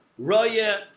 Raya